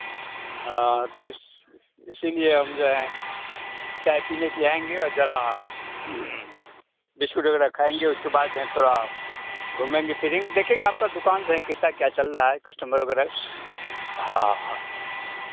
हाँ तो इस इसीलिए हम जो है चाय पीने के लिए आएंगे और ज़रा बिस्कुट वगैरह खाएंगे उसके बाद जो है थोड़ा घूमेंगे फिरेंगे देखेंगे आपका दुकान जो है कैसा क्या चल रहा है कस्टमर वगैरह हाँ